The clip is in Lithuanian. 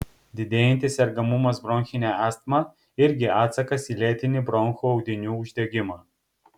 didėjantis sergamumas bronchine astma irgi atsakas į lėtinį bronchų audinių uždegimą